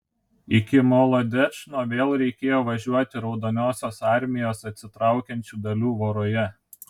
iki molodečno vėl reikėjo važiuoti raudonosios armijos atsitraukiančių dalių voroje